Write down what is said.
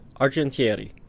Argentieri